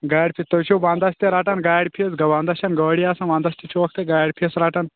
گاڑِ فیٖس تُہۍ چھَو ونٛدس تہِ رَٹان گاڑِ فیٖس ونٛدس چھَنہٕ گأڑی آسان ونٛدس تہِ چھِہوٗکھ تُہۍ گاڑِ فیٖس رٹان